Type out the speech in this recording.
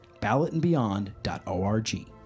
ballotandbeyond.org